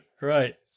right